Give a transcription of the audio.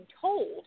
told